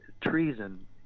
treason